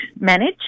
manage